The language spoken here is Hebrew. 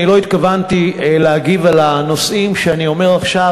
אני לא התכוונתי להגיב על הנושאים שאני אומר עכשיו,